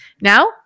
Now